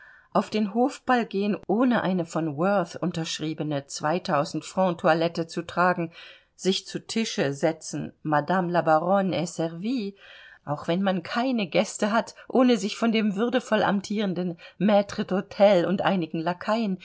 auf den hofball gehen ohne eine von worth unterschriebene front toilette zu tragen sich zu tische setzen madame la baronne est servie auch wenn man keine gäste hat ohne sich von dem würdevoll amtierenden matre d'hotel und einigen lakaien